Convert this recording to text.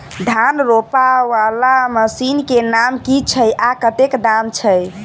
धान रोपा वला मशीन केँ नाम की छैय आ कतेक दाम छैय?